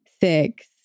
six